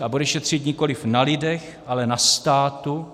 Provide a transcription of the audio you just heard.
A bude šetřit nikoliv na lidech, ale na státu.